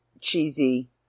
cheesy